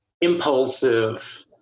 impulsive